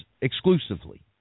exclusively